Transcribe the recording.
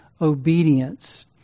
obedience